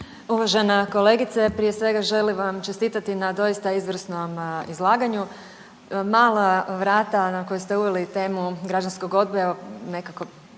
Uvažena kolegice, prije svega želim vam čestitati na doista izvrsnom izlaganju. Mala vrata na koju ste uveli temu građanskom odgoja nekako